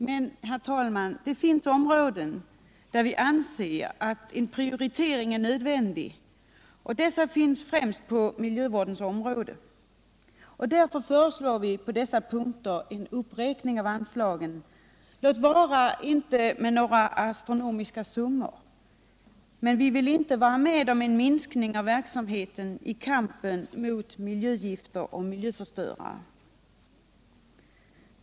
Men det finns områden där enligt vår mening en prioritering är nödvändig, och det är främst på miljövårdens område. På dessa punkter föreslår vi en uppräkning av anslagen — låt vara att vi inte föreslår några astronomiska summor. Men vi vill inte vara med om en minskning av verksamheten när det gäller kampen mot miljögifter och miljöförstöring.